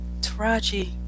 Taraji